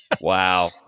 Wow